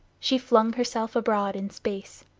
she flung herself abroad in space.